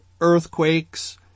earthquakes